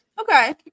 Okay